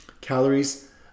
Calories